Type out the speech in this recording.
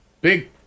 Big